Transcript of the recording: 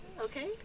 Okay